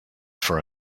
for